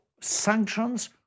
sanctions